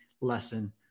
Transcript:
lesson